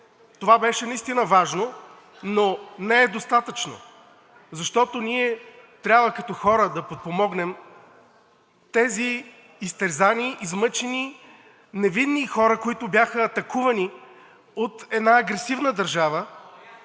Това беше наистина важно, но не е достатъчно, защото ние трябва като хора да подпомогнем тези изтерзани, измъчени, невинни хора, които бяха атакувани от една агресивна държава.